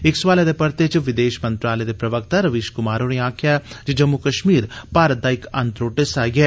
इक सवालै दे परते च विदेश मंत्रालय दे प्रवक्ता रवीश कुमार होरें आक्खेया जे जम्मू कश्मीर भारत दा इक अनत्रुद्द हिस्सा ऐ